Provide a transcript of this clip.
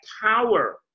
power